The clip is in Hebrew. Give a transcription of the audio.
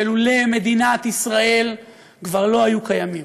שלולא מדינת ישראל כבר לא היו קיימים.